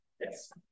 yes